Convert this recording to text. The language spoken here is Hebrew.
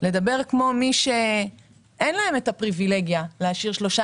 לדבר כמו מי שאין להם את הפריבילגיה להשאיר שלושה